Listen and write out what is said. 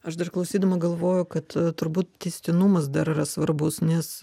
aš dar klausydama galvojau kad turbūt tęstinumas dar yra svarbus nes